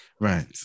Right